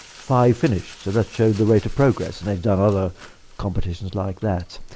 five finished, so that showed the rate of progress. and they have done other competitions like that.